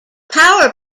power